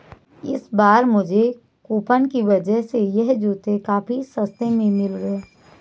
इस बार मुझे कूपन की वजह से यह जूते काफी सस्ते में मिल गए